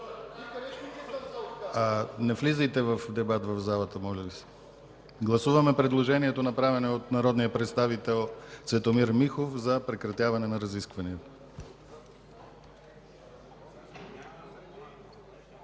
Не влизайте в дебат от залата! Гласуваме предложението, направено от народния представител Цветомир Михов, за прекратяване на разискванията.